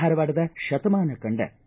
ಧಾರವಾಡದ ಶತಮಾನ ಕಂಡ ಕೆ